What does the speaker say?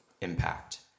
impact